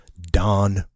Don